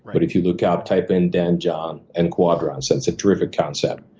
but if you look up, type in dan john and quadrants. it's a terrific concept.